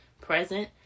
present